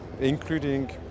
including